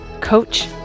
coach